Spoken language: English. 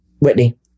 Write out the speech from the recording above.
Whitney